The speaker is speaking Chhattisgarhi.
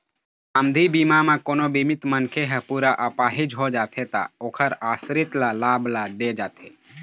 सावधि बीमा म कोनो बीमित मनखे ह पूरा अपाहिज हो जाथे त ओखर आसरित ल लाभ ल दे जाथे